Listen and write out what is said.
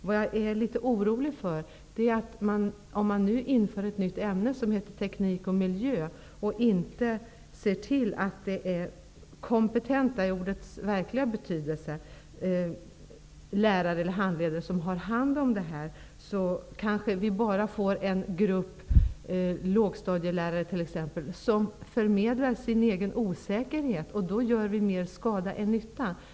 Vad jag är litet orolig för är att om man inför ett nytt ämne som heter teknik och miljö och inte ser till att det är kompetenta -- i ordets verkliga betydelse -- lärare eller handledare som har hand om undervisningen, kanske vi bara får en grupp lågstadielärare, t.ex., som förmedlar sin egen osäkerhet, och då gör vi mer skada än nytta.